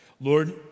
Lord